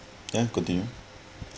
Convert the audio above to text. then continue